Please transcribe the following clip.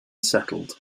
settled